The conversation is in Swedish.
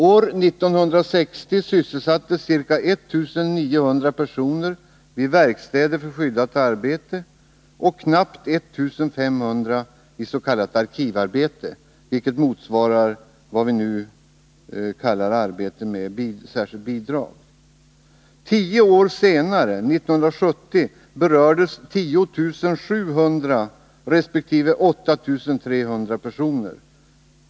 År 1960 sysselsattes ca 1900 personer vid verkstäder för skyddat arbete och knappt 1 500 s.k. arkivarbete, vilket motsvarar vad vi nu kallar arbete med särskilt bidrag. Tio år senare, 1970, berördes 10 700 resp. 8300 personer.